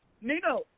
Nino